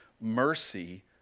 mercy